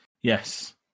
yes